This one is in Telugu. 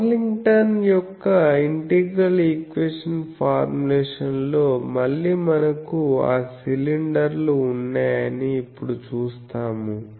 పాక్లింగ్టన్Pocklington's యొక్క ఇంటిగ్రల్ ఈక్వేషన్ ఫార్ములేషన్ లో మళ్ళీ మనకు ఆ సిలిండర్లు ఉన్నాయని ఇప్పుడు చూస్తాము